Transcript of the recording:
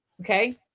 Okay